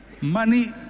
money